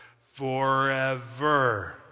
forever